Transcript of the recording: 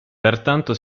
pertanto